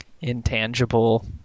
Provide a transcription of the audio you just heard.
intangible